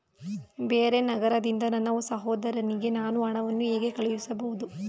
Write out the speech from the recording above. ಬೇರೆ ನಗರದಿಂದ ನನ್ನ ಸಹೋದರಿಗೆ ನಾನು ಹಣವನ್ನು ಹೇಗೆ ಕಳುಹಿಸಬಹುದು?